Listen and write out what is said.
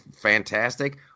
fantastic